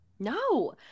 No